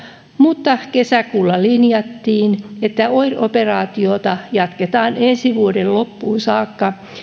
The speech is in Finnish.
mutta kesäkuulla linjattiin että oir operaatiota jatketaan ensi vuoden loppuun saakka